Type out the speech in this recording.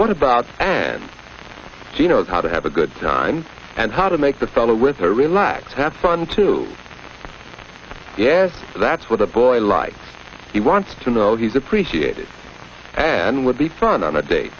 what about and she knows how to have a good time and how to make the fellow with her relaxed that's fun to have yes that's what a boy writes he wants to know he's appreciated and would be fun on a date